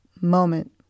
moment